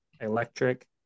Electric